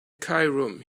cairum